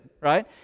Right